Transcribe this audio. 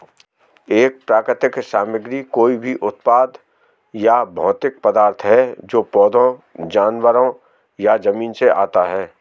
एक प्राकृतिक सामग्री कोई भी उत्पाद या भौतिक पदार्थ है जो पौधों, जानवरों या जमीन से आता है